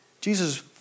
Jesus